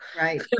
right